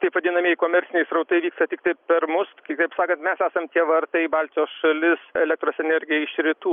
taip vadinamieji komerciniai srautai vyksta tiktai per mus kitaip sakant mes esam tie vartai į baltijos šalis elektros energija iš rytų